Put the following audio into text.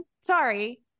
Sorry